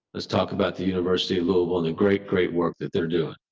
let's talk about the university of louisville in a great, great work that they're doing.